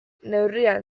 neurrian